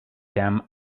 them